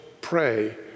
pray